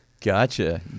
Gotcha